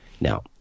Now